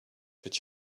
that